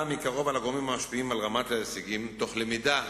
מקרוב על הגורמים המשפיעים על רמת ההישגים תוך למידה